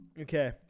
Okay